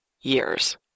years